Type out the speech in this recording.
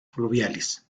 fluviales